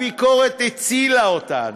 הביקורת הצילה אותנו.